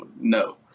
No